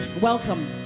welcome